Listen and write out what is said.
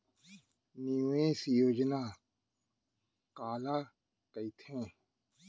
निवेश योजना काला कहिथे?